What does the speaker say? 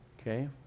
Okay